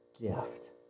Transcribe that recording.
gift